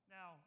Now